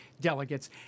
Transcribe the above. delegates